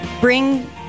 bring